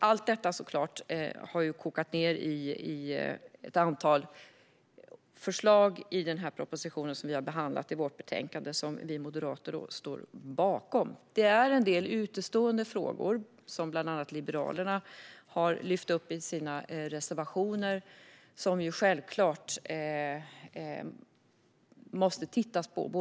Allt detta har såklart kokat ned till ett antal förslag i den proposition som vi har behandlat i vårt betänkande och som vi moderater står bakom. Det finns en del utestående frågor som bland annat Liberalerna har lyft upp i sina reservationer som man självklart måste titta på.